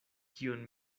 kion